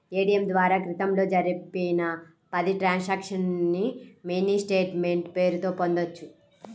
ATM ద్వారా క్రితంలో జరిపిన పది ట్రాన్సక్షన్స్ ని మినీ స్టేట్ మెంట్ పేరుతో పొందొచ్చు